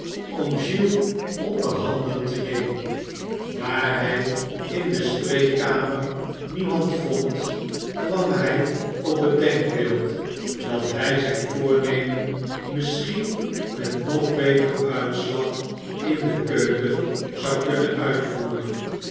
om giles onder handen te nemen daar hij in de spreekkamer niemand vond kwam hij op het denkbeeld dat hij zijn voornemen misschien met nog beter uitslag in de keuken zou kunnen uitvoeren